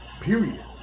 period